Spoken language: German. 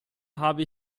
habe